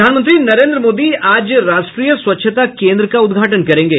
प्रधानमंत्री नरेन्द्र मोदी आज राष्ट्रीय स्वच्छता केन्द्र का उद्घाटन करेंगे